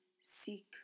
seek